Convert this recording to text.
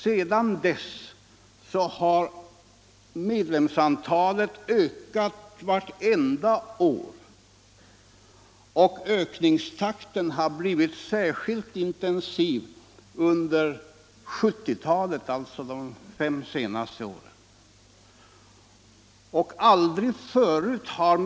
Sedan dess har medlemsantalet ökat vartenda år, och ökningstakten har blivit särskilt intensiv på 1970-talet, alltså under de senaste fem åren. Aldrig förut hart.ex.